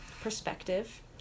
perspective